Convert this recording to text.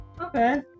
Okay